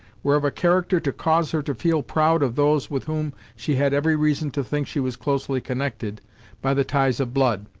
were of a character to cause her to feel proud of those with whom she had every reason to think she was closely connected by the ties of blood.